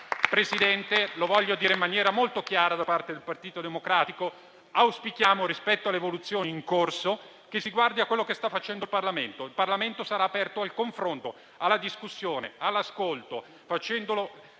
Presidente, voglio dire in maniera molto chiara, da parte del Partito Democratico, che auspichiamo, rispetto all'evoluzione in corso, che si guardi a quello che sta facendo il Parlamento, che sarà aperto al confronto, alla discussione, all'ascolto, facendolo